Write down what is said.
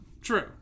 True